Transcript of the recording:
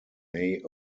may